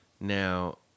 Now